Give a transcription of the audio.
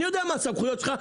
אני יודע מה הסמכויות שלך.